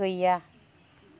गैया